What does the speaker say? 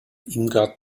irmgard